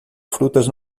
frutas